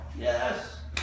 Yes